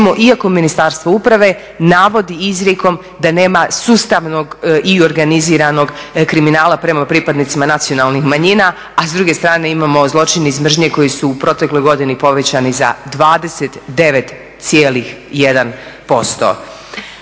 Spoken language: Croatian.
iako Ministarstvo uprave navodi izrijekom da nema sustavnog i organiziranog kriminala prema pripadnicima nacionalnih manjina, a s druge strane imamo zločin iz mržnje koji su u protekloj godini povećani za 29,1%.